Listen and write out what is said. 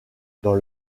dans